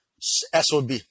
SOB